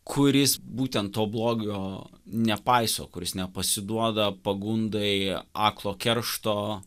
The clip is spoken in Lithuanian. kuris būtent to blogio nepaiso kuris nepasiduoda pagundai aklo keršto